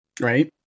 Right